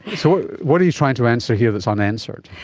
so what are you trying to answer here that's unanswered?